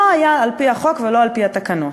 לא היה על-פי החוק ולא על-פי התקנות.